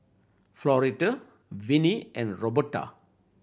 Floretta Winnie and Roberta